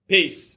Peace